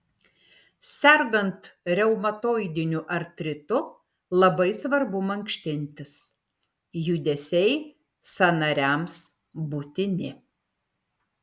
sergant reumatoidiniu artritu labai svarbu mankštintis judesiai sąnariams būtini